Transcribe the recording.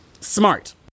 smart